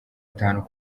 atanu